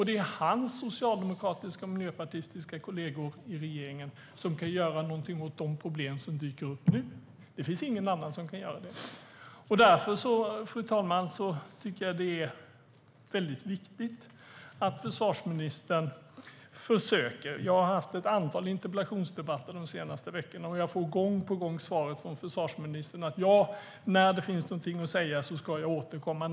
Det är hans socialdemokratiska och miljöpartistiska kollegor i regeringen som kan göra någonting åt de problem som dyker upp nu. Det finns ingen annan som kan göra det. Fru talman! Därför tycker jag att det är väldigt viktigt att försvarsministern gör ett försök. Jag har haft ett antal interpellationsdebatter under de senaste veckorna, och jag får gång på gång svaret från försvarsministern: Ja, när det finns någonting att säga återkommer jag.